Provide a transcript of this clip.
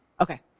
Okay